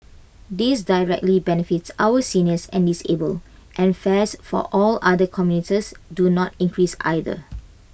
this directly benefits our seniors and disabled and fares for all other commuters do not increase either